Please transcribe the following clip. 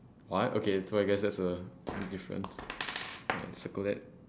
what okay so I guess that's a difference circle that